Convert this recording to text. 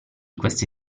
queste